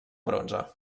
bronze